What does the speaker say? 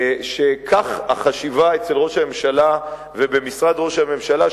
שכך החשיבה אצל ראש הממשלה ובמשרד ראש הממשלה,